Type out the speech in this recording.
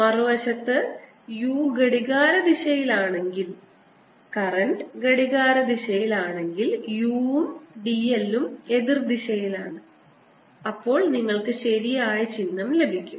മറുവശത്ത് u ഘടികാരദിശയിലാണെങ്കിൽ current ഘടികാരദിശയിലാണെങ്കിൽ u ഉം d l ഉം എതിർദിശയിലാണ്അപ്പോൾ നിങ്ങൾക്ക് ശരിയായ ചിഹ്നം ലഭിക്കും